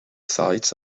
sides